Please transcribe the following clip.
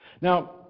Now